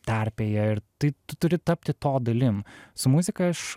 terpėje ir tai tu turi tapti to dalim su muzika aš